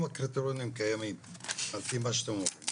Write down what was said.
אם הקריטריונים קיימים על פי מה שאתם אומרים,